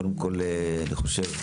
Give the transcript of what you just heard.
קודם כל אני חושב,